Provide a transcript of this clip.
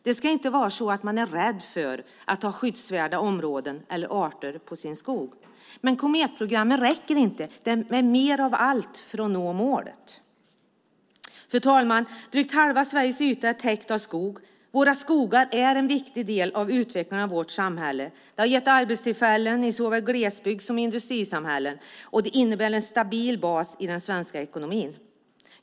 Det ska inte vara så att man är rädd för att ha skyddsvärda områden eller arter på sin skog. Men Kometprogrammet räcker inte. De krävs mer av allt för att nå målet. Fru talman! Drygt halva Sveriges yta är täckt av skog. Våra skogar är en viktig del av utvecklingen av vårt samhälle. De har gett arbetstillfällen i såväl glesbygd som industrisamhällen och de innebär en stabil bas i den svenska ekonomin.